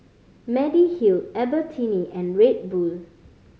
Mediheal Albertini and Red Bull